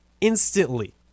instantly